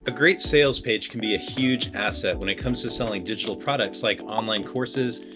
a great sales page can be a huge asset when it comes to selling digital products like online courses,